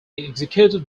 executive